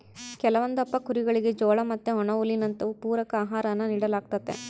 ಕೆಲವೊಂದಪ್ಪ ಕುರಿಗುಳಿಗೆ ಜೋಳ ಮತ್ತೆ ಒಣಹುಲ್ಲಿನಂತವು ಪೂರಕ ಆಹಾರಾನ ನೀಡಲಾಗ್ತತೆ